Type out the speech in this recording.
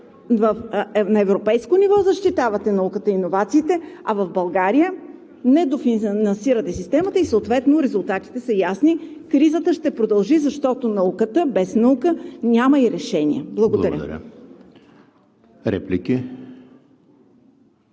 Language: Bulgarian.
на европейско ниво защитавате науката и иновациите, а в България недофинансирате системата? И съответно резултатите са ясни. Кризата ще продължи, защото без наука няма и решения. Благодаря.